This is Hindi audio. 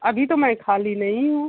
अभी तो मैं खाली नहीं हूँ